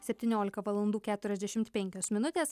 septyniolika valandų keturiasdešimt penkios minutės